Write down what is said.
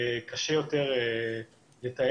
וקשה יותר לתאם.